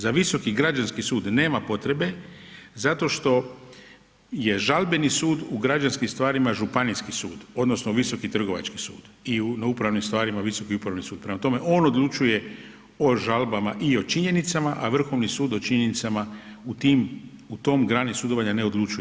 Za Visoki građanski sud nema potrebe zato što je žalbeni sud u građanskim stvarima županijski sud odnosno Visoki trgovački sud i na upravnim stvarima Visoki upravni sud prema tome, on odlučuje o žalbama i o činjenicama a Vrhovni sud o činjenicama u tom grani sudovanja ne odlučuje.